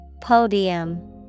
Podium